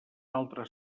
altre